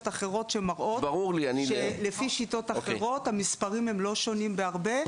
אחרות שמראות שלפי שיטות אחרות המספרים הם לא שונים בהרבה,